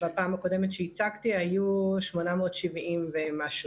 בפעם הקודמת שהצגתי היו 870 ומשהו.